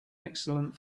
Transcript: excellent